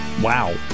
Wow